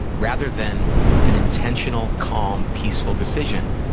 rather than an intentional, calm, peaceful decision,